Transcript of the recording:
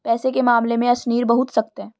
पैसे के मामले में अशनीर बहुत सख्त है